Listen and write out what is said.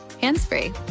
hands-free